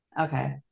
Okay